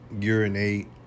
urinate